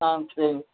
ஆ சரி